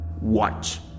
Watch